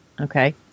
okay